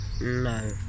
No